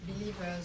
believers